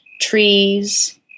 trees